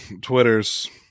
Twitter's